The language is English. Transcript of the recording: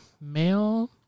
Male